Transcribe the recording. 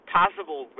possible